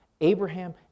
Abraham